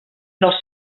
dels